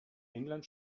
england